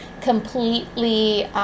completely